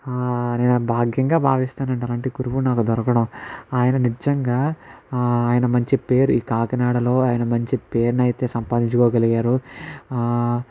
నేను భాగ్యంగా భావిస్తాను అండి అలాంటి గురువు నాకు దొరకడం ఆయన నిజంగా ఆయన మంచి పేరు ఈ కాకినాడలో ఆయన మంచి పేరును అయితే సంపాదించుకోగలిగారు